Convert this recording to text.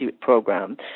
program